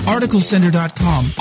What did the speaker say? ArticleSender.com